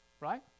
right